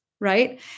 right